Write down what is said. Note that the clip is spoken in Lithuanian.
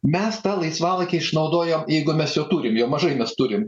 mes tą laisvalaikį išnaudojom jeigu mes jo turim jo mažai mes turim